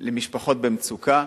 למשפחות במצוקה,